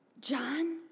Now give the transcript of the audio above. John